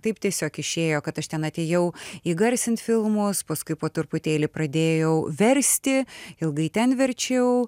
taip tiesiog išėjo kad aš ten atėjau įgarsint filmus paskui po truputėlį pradėjau versti ilgai ten verčiau